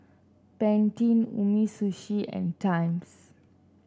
Pantene Umisushi and Times